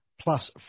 plus